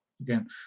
again